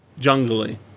jungly